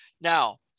Now